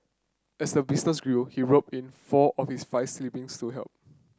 as the business grew he roped in four of his five siblings to help